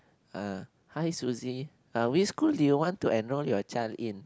uh hi Suzy uh which school do you want to enrol your child in